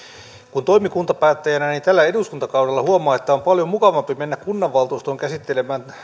kun toimii kuntapäättäjänä niin tällä eduskuntakaudella huomaa että on paljon mukavampi mennä kunnanvaltuustoon käsittelemään